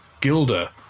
Gilda